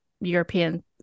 European